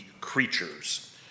creatures